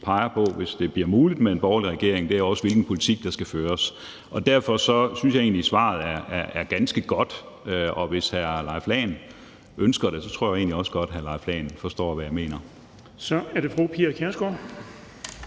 peger på, hvis det bliver muligt med en borgerlig regering, er også, hvilken politik der skal føres. Derfor synes jeg egentlig, at svaret er ganske godt. Og hvis hr. Leif Lahn Jensen ønsker det, tror jeg egentlig også godt, at hr. Leif Lahn Jensen forstår, hvad jeg mener. Kl. 15:05 Den fg. formand